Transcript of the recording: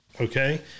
Okay